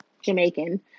Jamaican